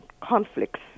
conflicts